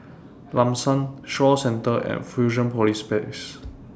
Lam San Shaw Centre and Fusionopolis Place